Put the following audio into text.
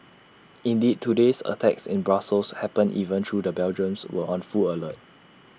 indeed today's attacks in Brussels happened even through the Belgians were on full alert